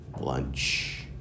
lunch